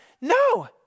No